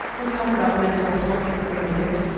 let's talk about mental health for a minute.